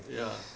ya